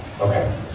okay